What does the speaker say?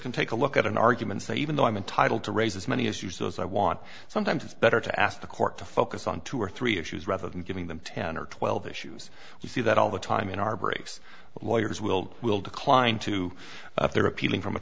can take a look at an argument so even though i'm entitled to raise as many issues as i want sometimes it's better to ask the court to focus on two or three issues rather than giving them ten or twelve issues we see that all the time in our breaks lawyers will will decline to if they're appealing from a